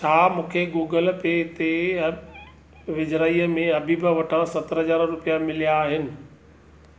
छा मूंखे Google Pay ते वेझिराईअ में हबीब वटां सत्रहं हज़ार रुपया मिलिया आहिनि